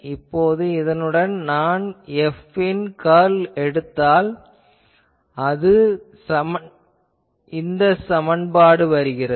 இப்போது இதனுடன் நான் F ன் கர்ல் எடுத்தால் அது இந்த சமன்பாடு வருகின்றது